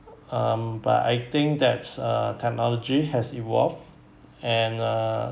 um but I think that's uh technology has evolved and uh